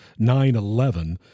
9-11